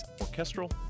orchestral